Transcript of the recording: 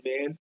man